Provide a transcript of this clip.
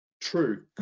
true